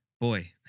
boy